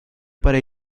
para